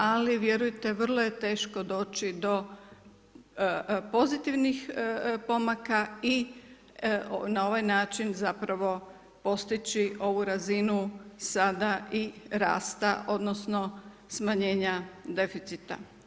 Ali vjerujte vrlo je teško doći do pozitivnih pomaka i na ovaj način zapravo postići ovu razinu sada i rasta, odnosno smanjenja deficita.